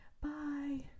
bye